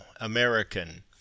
American